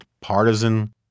partisan